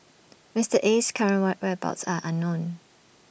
Mister Aye's current whereabouts are unknown